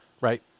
Right